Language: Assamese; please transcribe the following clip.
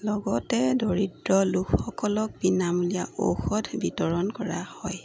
লগতে দৰিদ্ৰ লোকসকলক বিনামূলীয়া ঔষধ বিতৰণ কৰা হয়